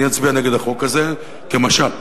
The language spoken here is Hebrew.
אני אצביע נגד החוק הזה, כמשל.